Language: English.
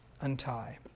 untie